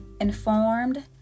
informed